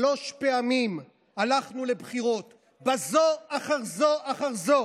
שלוש פעמים הלכנו לבחירות, בזו אחר זו אחר זו